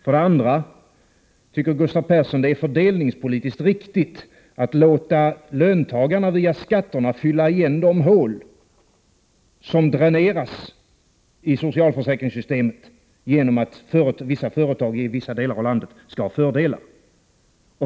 För det andra: Tycker Gustav Persson att det är fördelningspolitiskt riktigt att låta löntagarna via skatterna fylla igen de hål, som dräneras i socialförsäkringssystemet, genom att vissa företag i vissa delar av landet skall ha fördelar?